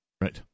Right